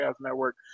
Network